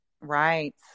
Right